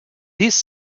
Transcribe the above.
these